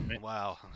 wow